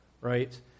right